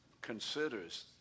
considers